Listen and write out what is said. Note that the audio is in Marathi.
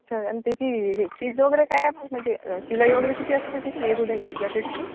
अच्छा आणि त्याची हे फीज वगैरे काय म्हणजे शिलाई वगैरे किती असते त्याची नेहरू जॅकेटची